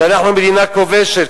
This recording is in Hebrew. שאנחנו מדינה כובשת.